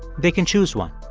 they can choose one.